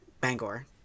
Bangor